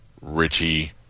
Richie